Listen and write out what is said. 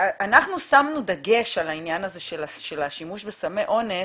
אנחנו שמנו דגש על העניין של השימוש בסמי אונס